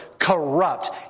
corrupt